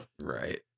Right